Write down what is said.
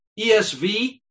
ESV